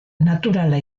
naturala